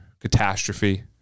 catastrophe